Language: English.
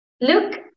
Look